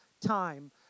time